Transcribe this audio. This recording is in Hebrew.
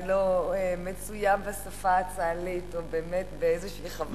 אני לא מצויה בשפה הצה"לית או באמת באיזושהי חוויה,